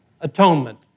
atonement